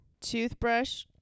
Toothbrush